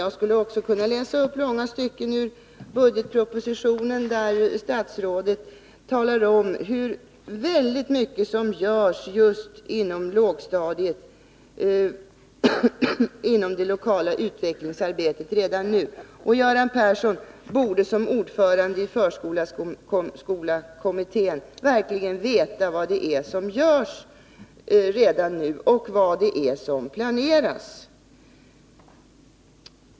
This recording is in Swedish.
Jag skulle också kunna läsa upp långa stycken ur budgetpropositionen där statsrådet talar om hur väldigt mycket som görs redan nu inom det lokala utvecklingsarbetet just för lågstadiet. Göran Persson borde som ordförande i förskola-skolakommittén verkligen veta vad det är som görs redan nu, och vad det är som planeras.